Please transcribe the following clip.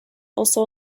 also